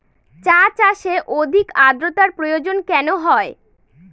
চা চাষে অধিক আদ্রর্তার প্রয়োজন কেন হয়?